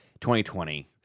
2020